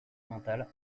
mentale